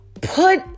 put